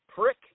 prick